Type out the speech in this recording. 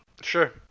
Sure